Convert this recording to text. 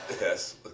Yes